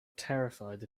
terrified